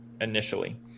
initially